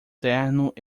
terno